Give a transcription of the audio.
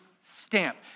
stamp